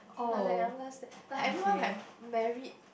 like the youngest there like everyone like married